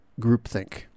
groupthink